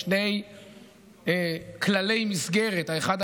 שני כללי מסגרת: האחד,